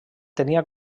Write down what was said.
tenia